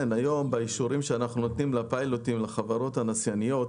באישורים שאנחנו נותנים היום לפיילוט לחברות הנסייניות,